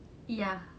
ya